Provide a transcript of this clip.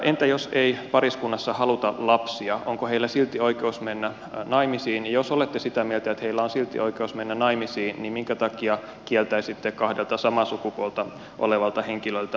entä jos pariskunta ei halua lapsia onko heillä silti oikeus mennä naimisiin ja jos olette sitä mieltä että heillä on silti oikeus mennä naimisiin minkä takia kieltäisitte kahdelta samaa sukupuolta olevalta henkilöltä oikeuden avioliittoon